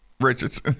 Richards